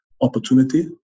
opportunity